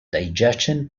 digestion